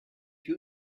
you